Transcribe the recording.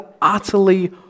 utterly